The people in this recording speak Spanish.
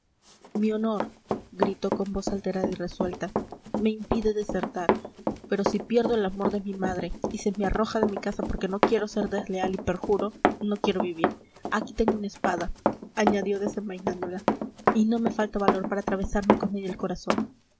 mi honor gritó con voz alterada y resuelta me impide desertar pero si pierdo el amor de mi madre y se me arroja de mi casa porque no quiero ser desleal y perjuro no quiero vivir aquí tengo una espada añadió desenvainándola y no me falta valor para atravesarme con ella el corazón